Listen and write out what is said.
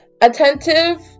Attentive